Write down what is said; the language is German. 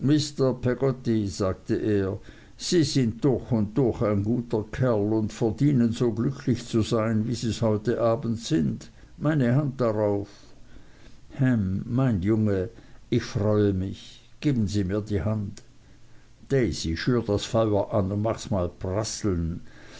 sagte er sie sind durch und durch ein guter kerl und verdienen so glücklich zu sein wie sies heute abend sind meine hand darauf ham mein junge ich freue mich geben sie mir die hand daisy schür das feuer an und machs mal prasseln